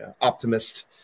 optimist